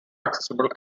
accessible